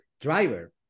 driver